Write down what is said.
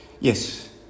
Yes